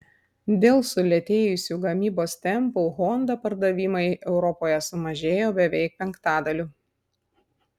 dėl sulėtėjusių gamybos tempų honda pardavimai europoje sumažėjo beveik penktadaliu